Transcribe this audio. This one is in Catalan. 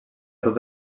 tot